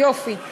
שומעת, שומעת.